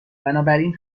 بنابراین